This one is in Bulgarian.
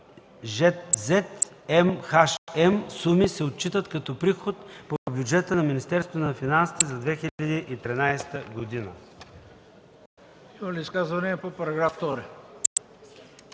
суми се отчитат като приход по бюджета на Министерството на финансите за 2013 г.”